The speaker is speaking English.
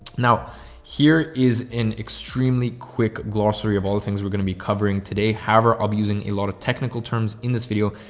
now here is an extremely quick glossary of all the things we're going to be covering today. however, i'm using a lot of technical terms in this video.